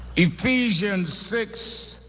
ephesians six,